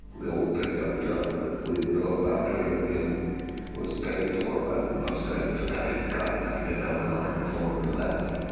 the old pickup truck that we drove out here in was paid for by the muskrats that i had caught back in illinois before we left.